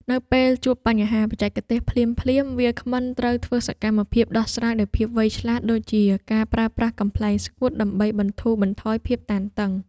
នៅពេលជួបបញ្ហាបច្ចេកទេសភ្លាមៗ វាគ្មិនត្រូវធ្វើសកម្មភាពដោះស្រាយដោយភាពវៃឆ្លាត ដូចជាការប្រើប្រាស់កំប្លែងស្ងួតដើម្បីបន្ធូរបន្ថយភាពតានតឹង។